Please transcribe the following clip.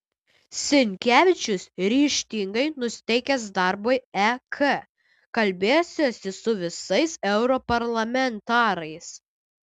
sinkevičius ryžtingai nusiteikęs darbui ek kalbėsiuosi su visais europarlamentarais